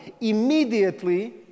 immediately